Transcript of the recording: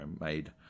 made